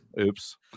Oops